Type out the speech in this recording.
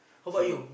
same